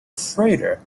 freighter